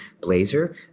blazer